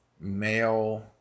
male